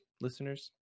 listeners